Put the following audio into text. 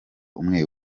umwe